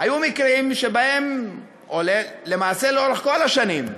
היו מקרים שבהם, למעשה לאורך כל השנים,